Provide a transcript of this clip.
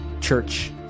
church